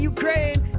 Ukraine